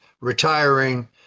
retiring